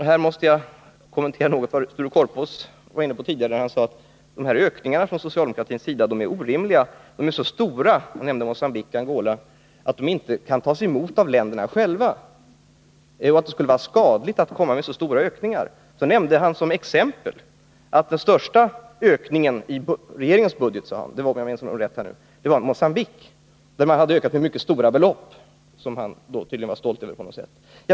Här måste jag kommentera något av det som Sture Korpås var inne på tidigare när han sade att de ökningar som socialdemokratin föreslagit är orimliga. De är så stora — han nämnde Mogambique och Angola — att de inte kan tas emot av länderna. Det skulle vara skadligt att komma med så stora ökningar. Han nämnde som exempel att den största ökningen i regeringens budget gällde Mogambique, där man ökat anslaget med mycket stora belopp, något som han tydligen var stolt över på något sätt.